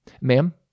Ma'am